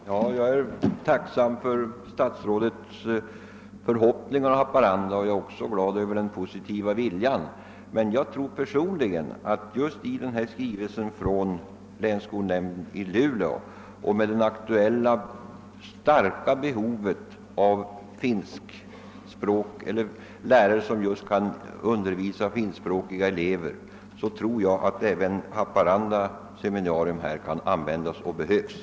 Herr talman! Jag är tacksam för statsrådets förhoppningar i fråga om Haparanda seminarium och jag är också glad över den positiva viljan. Med tanke på den nämnda skrivelsen från länsskolnämnden i Luleå och det starka behovet av lärare som kan undervisa finskspråkiga elever tror jag att även lokalerna i Haparanda seminarium behövs.